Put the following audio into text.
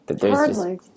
Hardly